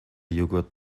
yogurt